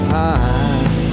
time